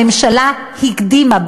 הממשלה הקדימה,